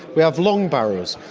we have long barrows,